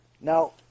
Now